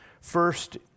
First